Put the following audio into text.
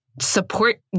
support